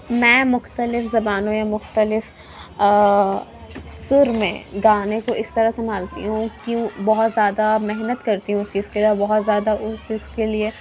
میں مختلف زبانوں یا مختلف سُر میں گانے کو اس طرح سنبھالتی ہوں کہ بہت زیادہ محنت کرتی ہوں اس چیز کے لیے اور بہت زیادہ اس چیز کے لیے